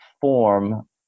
form